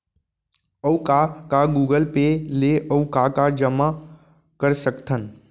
अऊ का का गूगल पे ले अऊ का का जामा कर सकथन?